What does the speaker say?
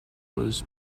was